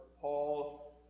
Paul